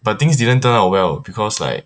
but things didn't turn out well because like